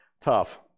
tough